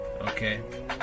Okay